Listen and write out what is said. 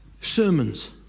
sermons